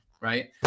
right